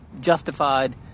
justified